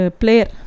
player